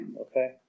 Okay